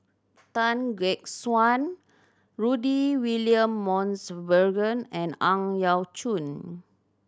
Tan Gek Suan Rudy William Mosbergen and Ang Yau Choon